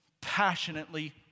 passionately